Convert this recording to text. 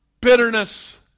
bitterness